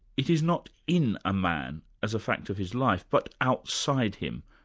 it is not in a man, as a fact of his life, but outside him,